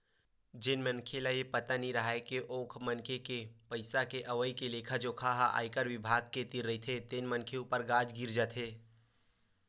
जेन मनखे ल ये पता नइ राहय के ओ मनखे के पइसा के अवई के लेखा जोखा ह आयकर बिभाग के तीर रहिथे तेन मनखे ऊपर गाज गिर जाथे